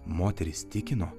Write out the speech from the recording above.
moterys tikino